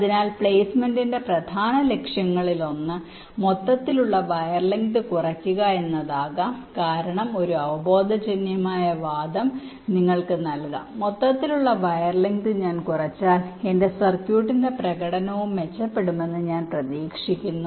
അതിനാൽ പ്ലെയ്സ്മെന്റിന്റെ പ്രധാന ലക്ഷ്യങ്ങളിലൊന്ന് മൊത്തത്തിലുള്ള വയർ ലെങ്ത് കുറയ്ക്കുക എന്നതാകാം കാരണം ഒരു അവബോധജന്യമായ വാദം നിങ്ങൾക്ക് നൽകാം മൊത്തത്തിലുള്ള വയർ ലെങ്ത് ഞാൻ കുറച്ചാൽ എന്റെ സർക്യൂട്ടിന്റെ പ്രകടനവും മെച്ചപ്പെടുമെന്ന് പ്രതീക്ഷിക്കുന്നു